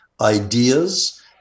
ideas